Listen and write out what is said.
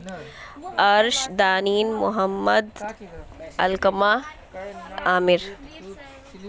عرش دانیم محمد علقمہ عامر